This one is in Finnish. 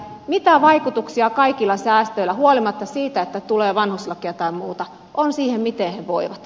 mitä vaikutuksia kaikilla säästöillä huolimatta siitä että tulee vanhuslakeja tai muuta on siihen miten he voivat